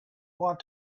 want